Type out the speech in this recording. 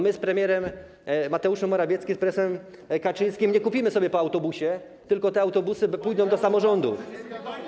My z premierem Mateuszem Morawieckim, z prezesem Kaczyńskim nie kupimy sobie po autobusie, tylko te autobusy pójdą do samorządów.